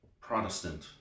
Protestant